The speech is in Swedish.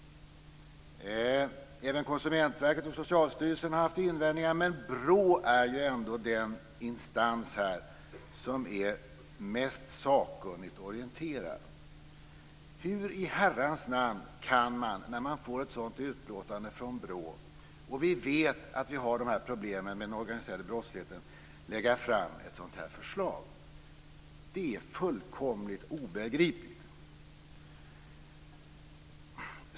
Även Konsumentverket och Socialstyrelsen har haft invändningar, men BRÅ är ju ändå den instans som är mest sakkunnigt orienterad. Hur i Herrans namn kan man, när man får ett sådant utlåtande från BRÅ och vi vet att vi har dessa problem med den organiserade brottsligheten, lägga fram ett sådant här förslag? Det är fullkomligt obegripligt.